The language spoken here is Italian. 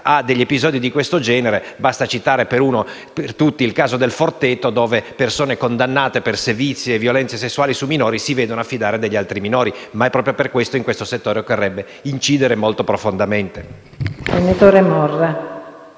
conta episodi di siffatto genere. Basta citare il caso del Forteto, dove persone condannate per sevizie e violenze sessuali su minori si vedono affidare degli altri minori. Proprio per questo in tale settore occorrerebbe incidere molto profondamente.